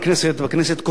בכנסת הקודמת,